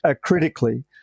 critically